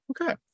Okay